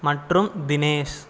மற்றும் தினேஷ்